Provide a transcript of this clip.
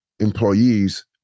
employees